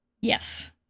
yes